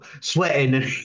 sweating